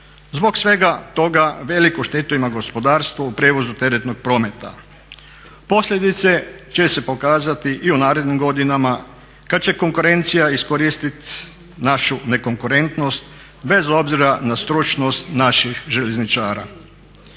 Zbog svega toga veliku štetu ima gospodarstvo u prijevozu teretnog prometa. Posljedice će se pokazati i u narednim godinama kad će konkurencija iskoristiti našu nekonkurentnosti bez obzira na stručnost naših željezničara.